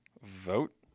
vote